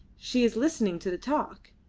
she is listening to the talk.